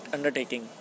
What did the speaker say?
Undertaking